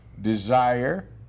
Desire